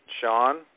Sean